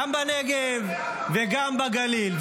גם בנגב וגם בגליל.